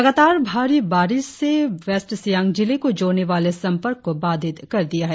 लगातार भारी बारिश ने वेस्ट सियांग जिले को जोड़ने वाले संपर्क को बाधित कर दिया है